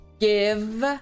give